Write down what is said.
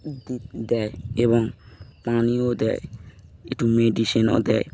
দুধ দেয় এবং পানিও দেয় একটু মেডিসিনও দেয়